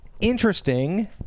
interesting